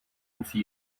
musí